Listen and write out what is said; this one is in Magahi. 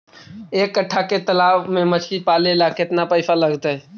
एक कट्ठा के तालाब में मछली पाले ल केतना पैसा लगतै?